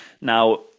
Now